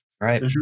right